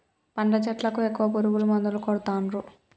పండ్ల చెట్లకు ఎక్కువ పురుగు మందులు కొడుతాన్రు